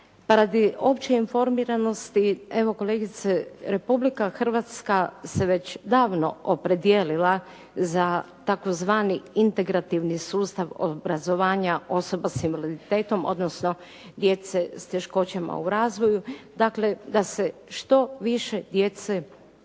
pa radi opće informiranosti, evo kolegice, Republika Hrvatska se već davno opredijelila za tzv. integrativni sustav obrazovanja osoba s invaliditetom, odnosno djece s teškoćama u razvoju. Dakle, da se što više djece uključi